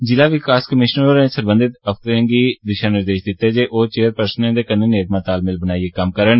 जिला विकास कमिशनर होरें सरबंधत अफसरें गी निर्देश दित्ता जे ओह् चेयरपर्सने दे कन्नै नेड़मा तालमेल बनाइयै कम्म करन